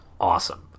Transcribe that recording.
awesome